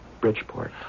Bridgeport